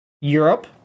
Europe